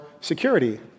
security